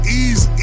easy